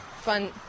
fun